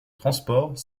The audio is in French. transport